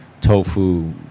tofu